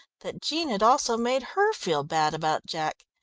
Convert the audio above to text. that jean had also made her feel bad about jack.